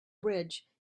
bridge